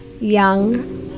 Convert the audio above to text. young